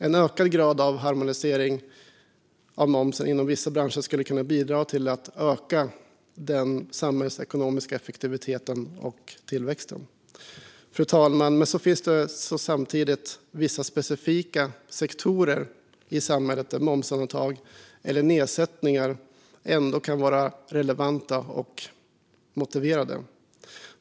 En ökad grad av harmonisering av momsen inom vissa branscher skulle kunna bidra till att öka den samhällsekonomiska effektiviteten och tillväxten. Fru talman! Samtidigt finns det vissa specifika sektorer i samhället där momsundantag eller nedsättningar ändå kan vara relevanta och motiverade.